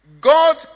God